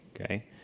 Okay